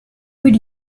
would